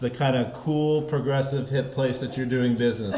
the kind of cool progressive hip place that you're doing business